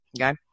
Okay